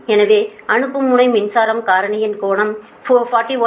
எனவே அனுப்பும் முனை மின்சார காரணியின் கோணம் 41